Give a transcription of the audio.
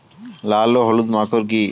লাল ও হলুদ মাকর কী?